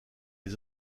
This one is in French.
les